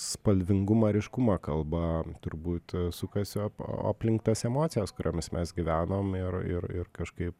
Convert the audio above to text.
spalvingumą ryškumą kalba turbūt sukasi op o aplink tas emocijas kuriomis mes gyvenom ir ir ir kažkaip